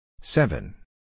seven